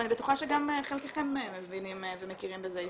אני בטוחה שגם חלקכם מבינים ומכירים בזה היטב.